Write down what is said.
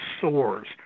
soars